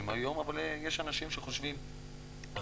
עליו היום אבל יש אנשים שחושבים אחרת.